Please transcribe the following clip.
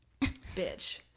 bitch